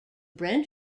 brent